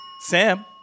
Sam